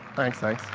thanks, thanks.